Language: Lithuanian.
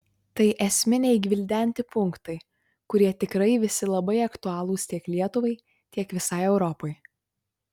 tai esminiai gvildenti punktai kurie tikrai visi labai aktualūs tiek lietuvai tiek visai europai